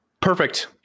perfect